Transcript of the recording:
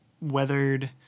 weathered